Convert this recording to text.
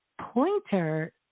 Pointer